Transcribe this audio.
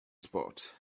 spot